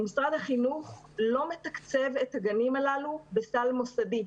משרד החינוך לא מתקצב את הגנים הללו בסל מוסדי.